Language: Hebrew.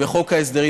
וחוק ההסדרים,